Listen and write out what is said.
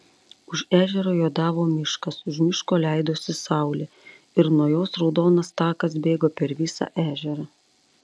už ežero juodavo miškas už miško leidosi saulė ir nuo jos raudonas takas bėgo per visą ežerą